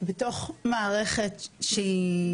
בתוך מערכת שהיא